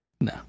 No